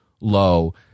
low